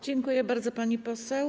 Dziękuję bardzo, pani poseł.